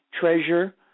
Treasure